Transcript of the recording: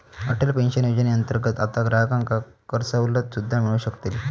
Atal pension योजनेअंतर्गत आता ग्राहकांका करसवलत सुद्दा मिळू शकतली